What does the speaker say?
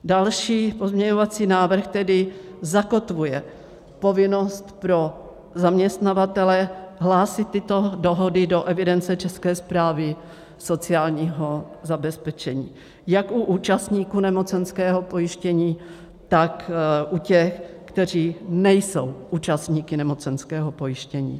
Další pozměňovací návrh tedy zakotvuje povinnost pro zaměstnavatele hlásit tyto dohody do evidence České správy sociálního zabezpečení jak u účastníků nemocenského pojištění, tak u těch, kteří nejsou účastníky nemocenského pojištění.